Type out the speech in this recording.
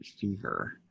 fever